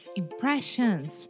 impressions